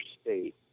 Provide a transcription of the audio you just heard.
state